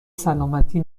سلامتی